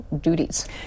duties